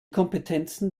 kompetenzen